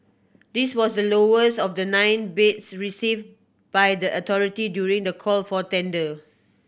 this was the lowest of the nine bids received by the authority during the call for tender